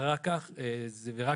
יש רק